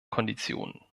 konditionen